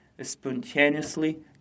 spontaneously